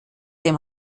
dem